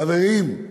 חברים,